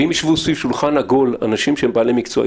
ואם יישבו בשולחן עגול אנשים שהם בעלי מקצוע,